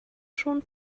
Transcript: schon